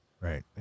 right